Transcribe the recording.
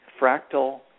fractal